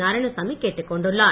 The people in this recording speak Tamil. நாராயணசாமி கேட்டுக் கொண்டுள்ளார்